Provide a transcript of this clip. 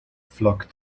flock